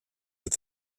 with